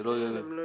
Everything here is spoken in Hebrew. זה לא יהיה משמעותי.